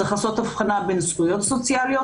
צריך לעשות הבחנה בין זכויות סוציאליות